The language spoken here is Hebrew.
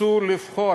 תצאו לבחור,